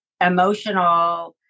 emotional